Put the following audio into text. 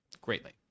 greatly